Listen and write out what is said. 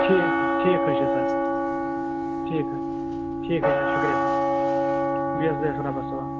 ٹھیٖک ٹھیٖک حظ چھُ سَر ٹھیٖک ہہ ٹھیٖک حظ چھِ شُکرِیہ سَر بیٚہہ حظ بیٚہہ حظ رۄبَس حَوال